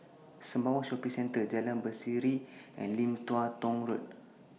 Sembawang Shopping Centre Jalan Berseri and Lim Tua Tow Road